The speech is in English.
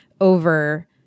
over